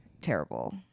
Terrible